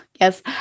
Yes